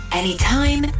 anytime